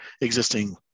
existing